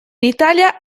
italia